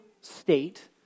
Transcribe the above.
state